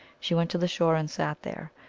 she went to the shore, and sat there.